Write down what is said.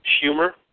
humor